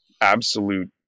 absolute